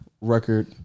record